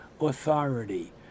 authority